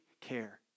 care